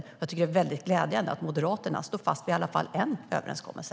Jag tycker att det är väldigt glädjande att Moderaterna står fast vid i alla fall en överenskommelse.